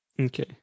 Okay